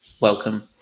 welcome